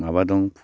माबा दं